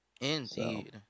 Indeed